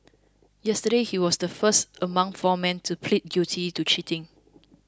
yesterday he was the first among four men to plead guilty to cheating